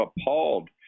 appalled